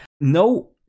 no